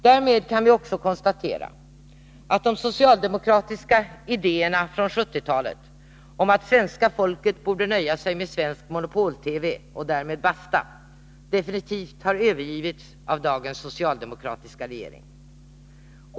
Därmed kan vi också konstatera att de socialdemokratiska idéerna från 1970-talet om att svenska folket borde nöja sig med svensk monopol-TV och därmed basta definitivt har övergivits av dagens socialdemokratiska regering.